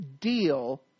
deal